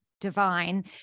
divine